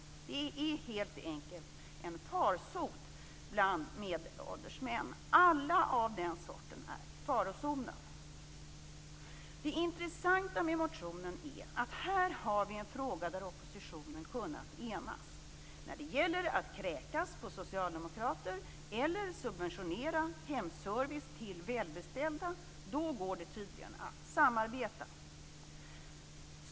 Detta är helt enkelt en farsot bland medelålders män. Alla av den sorten är i farozonen. Det intressanta med motionen är att här har vi en fråga där oppositionen har kunnat enas. När det gäller att kräkas på socialdemokrater eller att subventionera hemservice till välbeställda - då går det tydligen att samarbeta.